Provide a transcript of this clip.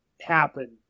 happen